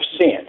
sin